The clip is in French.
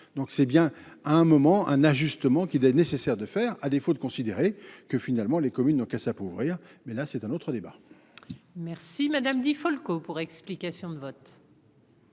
donc c'est bien à un moment, un ajustement qu'il est nécessaire de faire, à défaut de considérer que finalement les communes donc à s'appauvrir, mais là c'est un autre débat. Merci madame Di Folco pour explication de vote.